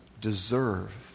deserve